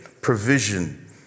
provision